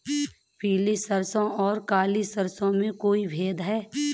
पीली सरसों और काली सरसों में कोई भेद है?